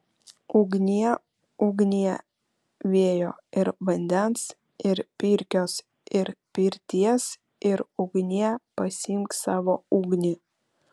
ugnie ugnie vėjo ir vandens ir pirkios ir pirties ir ugnie pasiimk savo ugnį